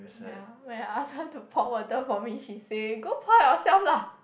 ya when I ask her to pour water for me she say go pour yourself lah